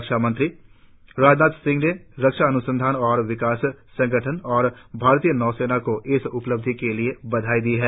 रक्षा मंत्री राजनाथ सिंह ने रक्षा अन्संधान और विकास संगठन और भारतीय नौसेना को इस उपलिब्ध के लिए बधाई दी है